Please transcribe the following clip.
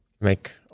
Make